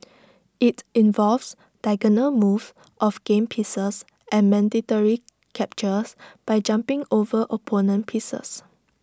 IT involves diagonal moves of game pieces and mandatory captures by jumping over opponent pieces